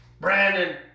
Brandon